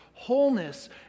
wholeness